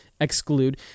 Exclude